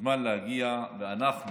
מוזמן להגיע, ואנחנו